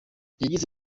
yagize